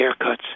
haircuts